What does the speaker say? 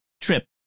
trip